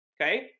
okay